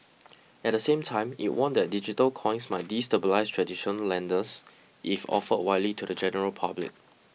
at the same time it warned that digital coins might destabilise traditional lenders if offered widely to the general public